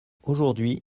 aujourd’hui